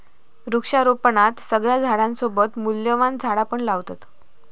वृक्षारोपणात सगळ्या झाडांसोबत मूल्यवान झाडा पण लावतत